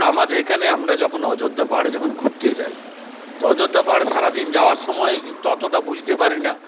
আমাদের এখানে আমরা যখন অযোধ্যা পাহাড়ে যখন ঘুরতে যাই তো অযোধ্যা পাহাড়ে সারাদিন যাওয়ার সময়ে অতোটা বুঝতে পারিনা